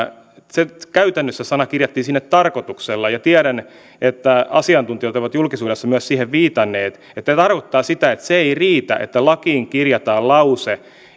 se käytännössä sana kirjattiin sinne tarkoituksella ja tiedän että myös asiantuntijat ovat julkisuudessa siihen viitanneet tämä tarkoittaa sitä että se ei riitä että lakiin kirjataan lause